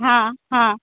हँ हँ